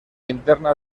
interna